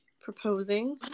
Proposing